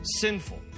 sinful